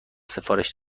سفارش